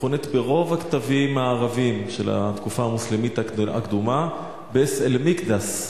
מכונה ברוב הכתבים הערביים של התקופה המוסלמית הקדומה "ביס אל-מקדס",